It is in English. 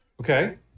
okay